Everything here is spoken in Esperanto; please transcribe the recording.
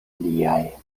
liaj